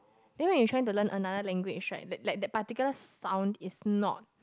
then we are trying to learn another language right like like the particular sound is not